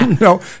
no